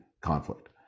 conflict